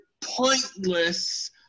pointless